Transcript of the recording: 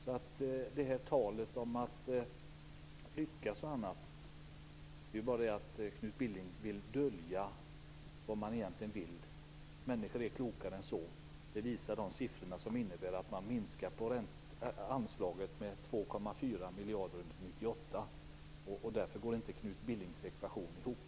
Knut Billing talar om att lyckas. Han vill dölja vad man egentligen vill. Människor är klokare än så. Det visar de siffror som innebär att anslaget minskas med 2,4 miljarder under 1998. Därför går Knut Billings ekvation inte ihop.